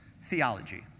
theology